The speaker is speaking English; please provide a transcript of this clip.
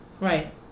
Right